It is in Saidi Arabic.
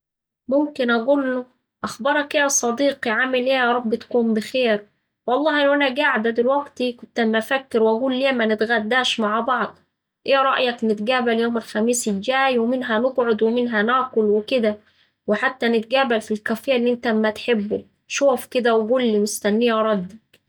ممكن أقوله: أخبارك إيه يا صديقي عامل إيه يارب تكون بخير. والله وأنا قاعدة دلوقتي كنت أما أفكر وأقول ليه منتغداش مع بعض، إيه رأيك نتقابل يوم الخميس الجاي ومنها نقعد ومنها ناكل وكدا وحتي نتقابل في الكافيه اللي إنت أما تحبه. شوف كدا وقولي مستنية ردك.